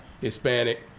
Hispanic